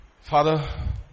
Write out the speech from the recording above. Father